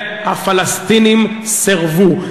והפלסטינים סירבו.